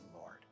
Lord